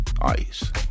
ICE